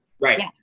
right